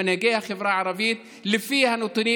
למנהיגי החברה הערבית: לפי הנתונים